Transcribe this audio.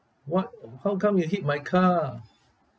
what how come you hit my car